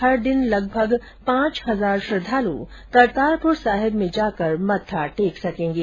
हर दिन लगभग पांच हजार श्रद्वालु करतारपुर साहिब में जाकर मत्था टेक सकेंगे